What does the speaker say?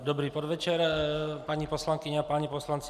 Dobrý podvečer, paní poslankyně a páni poslanci.